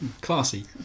classy